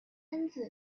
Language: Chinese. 分子